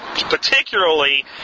particularly